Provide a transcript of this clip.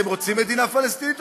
אתם רוצים מדינה פלסטינית,